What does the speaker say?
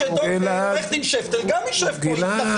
שעורך דין שפטל גם יישב פה, יתנחל.